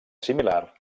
similar